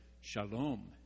Shalom